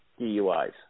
DUIs